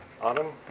Autumn